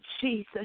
Jesus